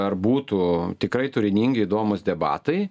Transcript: ar būtų tikrai turiningi įdomūs debatai